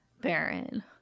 baron